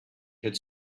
had